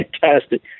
fantastic